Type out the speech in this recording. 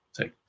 take